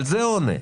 על זה הוא עונה.